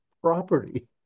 property